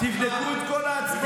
תבדקו את כל ההצבעות